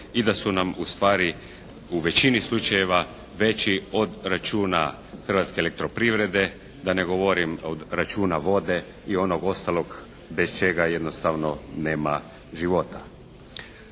i da su nam ustvari u većini slučajeva veći od računa Hrvatske elektroprivrede. Da ne govorim od računa vode i onog ostalog bez čega jednostavno nema života.